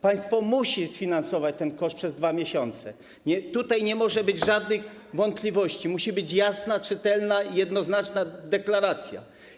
Państwo musi sfinansować ten koszt przez 2 miesiące, tutaj nie może być żadnych wątpliwości, musi być jasna, czytelna i jednoznaczna deklaracja.